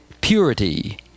purity